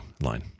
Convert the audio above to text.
line